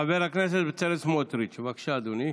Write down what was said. חבר הכנסת בצלאל סמוטריץ', בבקשה, אדוני.